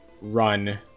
run